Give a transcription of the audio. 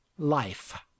life